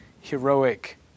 heroic